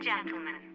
Gentlemen